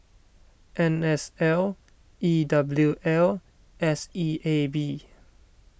N S L E W L S E A B